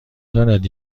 دارد